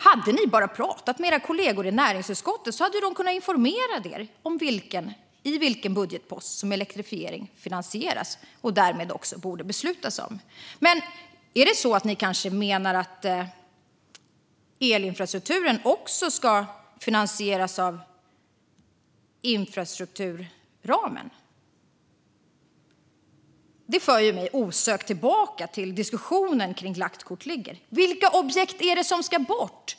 Hade ni bara pratat med era kollegor i näringsutskottet hade de kunnat informera er om i vilken budgetpost som elektrifiering finansieras och var man därmed borde besluta om detta. Men ni kanske menar att elinfrastrukturen också ska finansieras inom infrastrukturramen. Det för mig osökt tillbaka till diskussionen kring lagt kort ligger. Vilka objekt är det som ska bort?